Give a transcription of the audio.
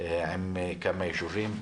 עם כמה יישובים.